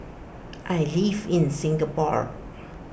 I live in Singapore